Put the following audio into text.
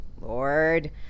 lord